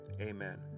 Amen